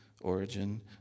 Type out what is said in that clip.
origin